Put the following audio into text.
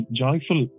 joyful